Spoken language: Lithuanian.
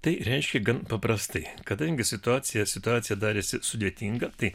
tai reiškia gan paprastai kadangi situacija situacija darėsi sudėtinga tai